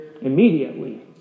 immediately